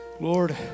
Lord